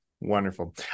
Wonderful